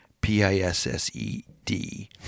P-I-S-S-E-D